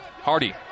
Hardy